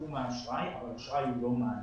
בתחום האשראי, אבל אשראי הוא לא מענק